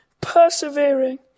persevering